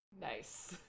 Nice